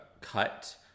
cut